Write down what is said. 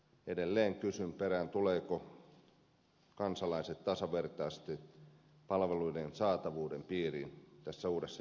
edelleen kysyn perään tulevatko kansalaiset tasavertaisesti palveluiden saatavuuden piiriin tässä uudessa järjestelmässä